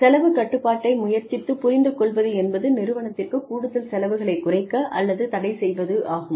செலவுக் கட்டுப்பாட்டை முயற்சித்துப் புரிந்து கொள்வது என்பது நிறுவனத்திற்கு கூடுதல் செலவுகளைக் குறைக்க அல்லது தடை செய்வதாகும்